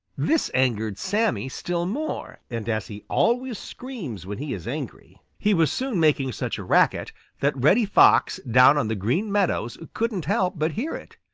this angered sammy still more, and as he always screams when he is angry, he was soon making such a racket that reddy fox down on the green meadows couldn't help but hear it.